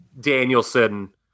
Danielson